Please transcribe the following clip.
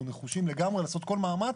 אנחנו נחושים לגמרי לעשות כל מאמץ.